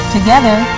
Together